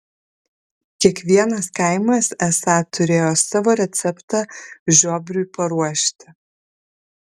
kiekvienas kaimas esą turėjo savo receptą žiobriui paruošti